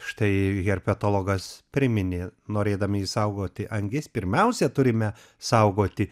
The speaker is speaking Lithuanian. štai herpetologas priminė norėdami išsaugoti angis pirmiausia turime saugoti